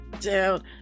down